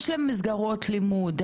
יש להם מסגרות לימוד,